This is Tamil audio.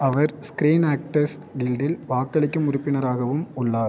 அவர் ஸ்க்ரீன் ஆக்டர்ஸ் கில்டில் வாக்களிக்கும் உறுப்பினராகவும் உள்ளார்